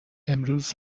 امروز